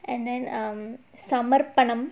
and then um சமர்ப்பணம்:samarpanam